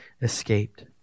escaped